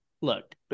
look